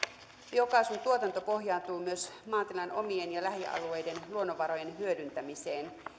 biokaasun tuotanto pohjautuu myös maatilan omien ja lähialueiden luonnonvarojen hyödyntämiseen